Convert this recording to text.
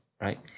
right